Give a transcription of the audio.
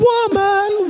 Woman